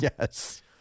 Yes